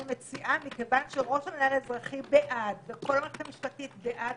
מכיוון שראש המינהל האזרחי בעד וכל המערכת המשפטית בעד,